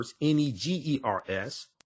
N-E-G-E-R-S